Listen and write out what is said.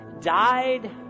Died